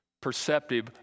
perceptive